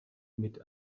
mit